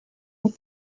neck